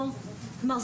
כלומר,